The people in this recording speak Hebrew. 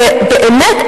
ובאמת,